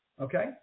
Okay